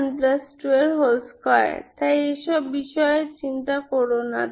22n22 তাই এসব বিষয়ে চিন্তা করোনা